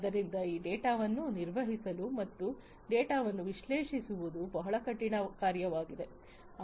ಆದ್ದರಿಂದ ಈ ಡೇಟಾವನ್ನು ನಿರ್ವಹಿಸಲು ಈ ಡೇಟಾವನ್ನು ವಿಶ್ಲೇಷಿಸುವುದು ಬಹಳ ಕಠಿಣ ಕಾರ್ಯವಾಗಿದೆ